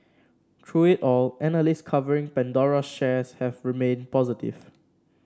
through it all analysts covering Pandora's shares have remained positive